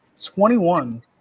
21